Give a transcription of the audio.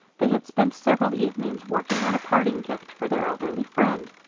they had spent several evenings working on a parting gift for their elderly friend.